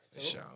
Show